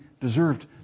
deserved